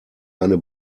eine